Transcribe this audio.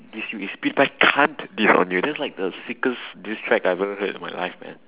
diss you it's like pewdiepie can't diss on you that's like the sickest diss track I've heard in my life man